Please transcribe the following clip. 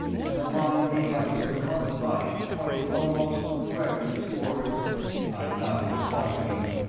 and the line made by his recumbent body pointed almost directly toward i nodded, watching him.